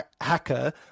hacker